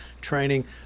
training